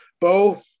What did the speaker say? Bo